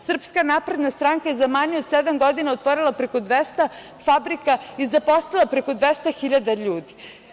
Srpska napredna stranka je za manje od sedam godina otvorila preko 200 fabrika i zaposlila preko 200 hiljada ljudi.